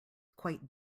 quite